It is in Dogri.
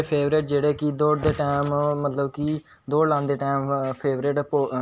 चित्तरकारी जेह्ड़ी में स्कूल च सिक्खी दी और में चित्तरकारी करना बी बौह्त पसंद ऐ